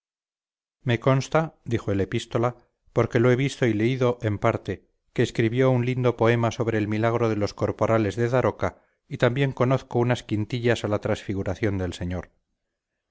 me consta dijo el epístola porque lo he visto y leído en parte que escribió un lindo poema sobre el milagro de los corporales de daroca y también conozco unas quintillas a la transfiguración del señor